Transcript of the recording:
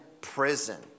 prison